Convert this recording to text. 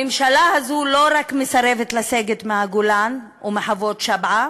הממשלה הזו לא רק מסרבת לסגת מהגולן ומחוות-שבעא,